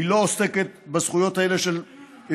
היא לא עוסקת בזכויות האלה של פרטים,